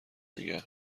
میگن